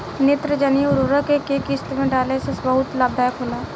नेत्रजनीय उर्वरक के केय किस्त में डाले से बहुत लाभदायक होला?